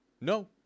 No